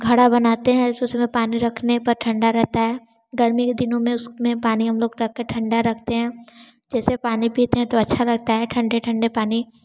घड़ा बनाते हैं उसमें पानी रखने पर ठंडा रहता है गर्मी के दिनों में उसमें पानी हम लोग रख कर ठंडा रखते हैं जैसे पानी पीते हैं तो अच्छा लगता है ठंडे ठंडे पानी